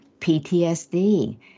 PTSD